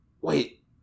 Wait